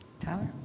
Tyler